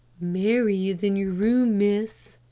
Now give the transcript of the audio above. mary is in your room, miss,